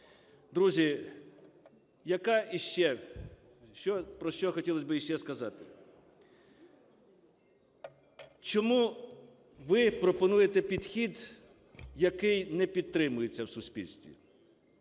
Друзі, про ще хотілось сказати? Чому ви пропонуєте підхід, який не підтримується в суспільстві?